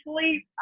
sleep